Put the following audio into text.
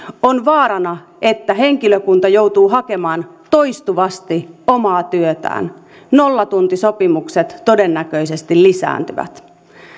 on vaarana että henkilökunta joutuu hakemaan toistuvasti omaa työtään nollatuntisopimukset todennäköisesti lisääntyvät